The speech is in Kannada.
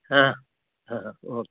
ಹಾಂ ಹಾಂ ಹಾಂ ಓಕೆ